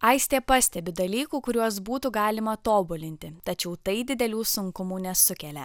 aistė pastebi dalykų kuriuos būtų galima tobulinti tačiau tai didelių sunkumų nesukelia